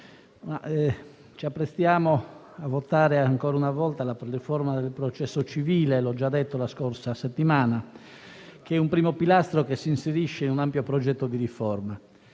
ci apprestiamo a votare ancora una volta la riforma del processo civile, che - l'ho già detto la scorsa settimana - è un primo pilastro che si inserisce in un ampio progetto di riforma.